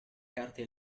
carte